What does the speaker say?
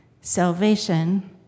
salvation